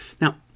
Now